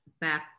back